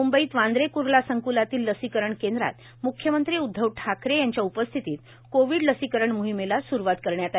म्ंबईत वांद्रे क्ला संक्लातल्या लसीकरण केंद्रात म्ख्यमंत्री उद्धव ठाकरे यांच्या उपस्थितीत कोविड लसीकरण मोहिमेला सुरवात झाली